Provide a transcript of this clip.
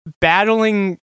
battling